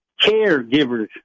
caregivers